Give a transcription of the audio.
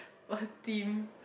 what team